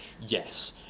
yes